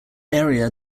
area